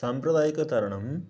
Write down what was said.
साम्प्रदायिकतरणं